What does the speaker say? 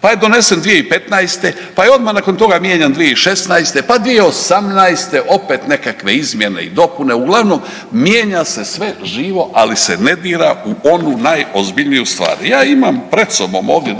pa je donesen 2015., pa je odma nakon toga mijenjan 2016. pa 2018. opet nekakve izmjene i dopune, uglavnom mijenja se sve živo, ali se ne dira u onu najozbiljniju stvar. Ja imam pred sobom ovdje